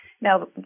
Now